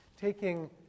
taking